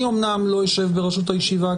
אני אומנם לא אשב בראשות הישיבה,